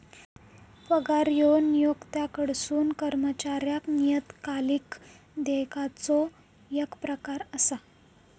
पगार ह्यो नियोक्त्याकडसून कर्मचाऱ्याक नियतकालिक देयकाचो येक प्रकार असा